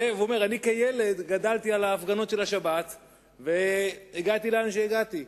הוא אומר: אני כילד גדלתי על ההפגנות של השבת והגעתי לאן שהגעתי,